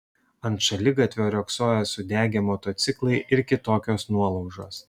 ant šaligatvio riogsojo sudegę motociklai ir kitokios nuolaužos